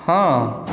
हाँ